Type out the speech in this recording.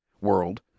world